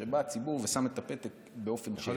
כשבא הציבור ושם את הפתק באופן אישי.